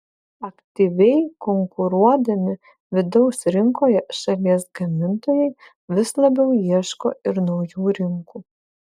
aktyviai konkuruodami vidaus rinkoje šalies gamintojai vis labiau ieško ir naujų rinkų